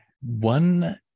One